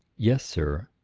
yes, sir.